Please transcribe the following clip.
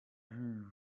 you